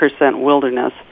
wilderness